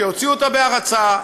שיוציאו את ה"בהרצה",